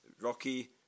rocky